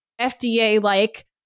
FDA-like